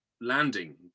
landing